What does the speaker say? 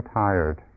tired